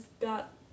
got